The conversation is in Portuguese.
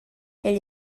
ele